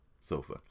sofa